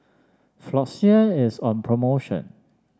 floxia is on promotion